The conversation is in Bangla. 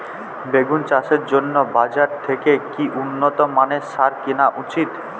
বেগুন চাষের জন্য বাজার থেকে কি উন্নত মানের সার কিনা উচিৎ?